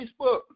Facebook